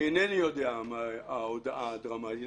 אני אינני יודע מה ההודעה הדרמטית.